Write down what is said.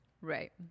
Right